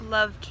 love